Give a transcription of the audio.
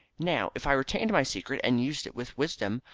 now, if i retained my secret, and used it with wisdom,